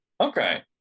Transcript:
okay